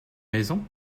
maison